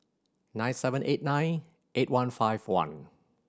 nine seven eight nine eight one five one